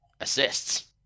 assists